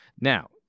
Now